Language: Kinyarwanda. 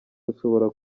rushobora